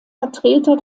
vertreter